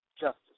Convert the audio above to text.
Justice